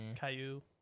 Caillou